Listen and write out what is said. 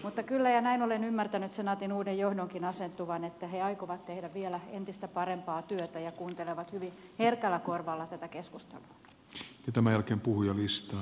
mutta kyllä näin olen ymmärtänyt senaatin uuden johdonkin asennoituvan että he aikovat tehdä vielä entistä parempaa työtä ja kuuntelevat hyvin herkällä korvalla tätä keskustelua